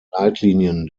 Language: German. leitlinien